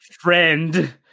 friend